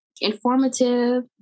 informative